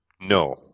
no